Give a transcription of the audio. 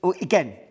again